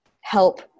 help